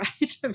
right